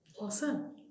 Awesome